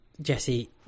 Jesse